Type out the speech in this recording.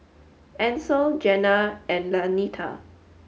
Ancel Gena and Lanita